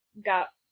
got